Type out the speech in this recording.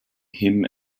him